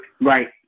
Right